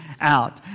out